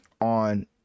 on